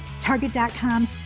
Target.com